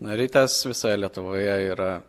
na rytas visoje lietuvoje yra